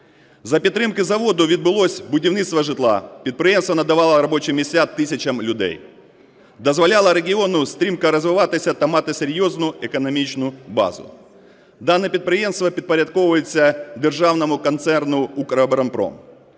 За підтримки заводу відбулося будівництво житла. Підприємство надавало робочі місця тисячам людей, дозволяло регіону стрімко розвиватися та мати серйозну економічну базу. Дане підприємство підпорядковується Державному концерну "Укроборонпром".